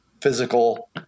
physical